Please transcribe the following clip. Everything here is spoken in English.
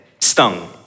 stung